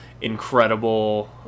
incredible